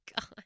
God